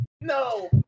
No